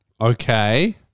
Okay